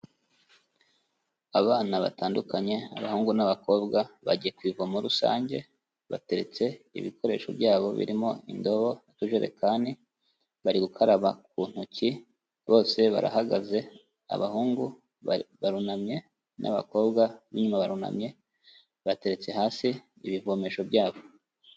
Abana batandukanye abahungu n'abakobwa bagiye ku ivomo rusange, bateretse ibikoresho byabo birimo indobo n'utujerekani, bari gukaraba ku ntoki, bose barahagaze, abahungu barunamye, n'abakobwa b'inyuma barunamye, bateretse hasi ibivomesho byabo.